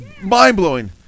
mind-blowing